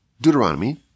Deuteronomy